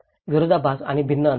विरोधाभास आणि भिन्न अंतर